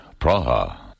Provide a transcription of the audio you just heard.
Praha